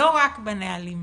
לא רק בנהלים.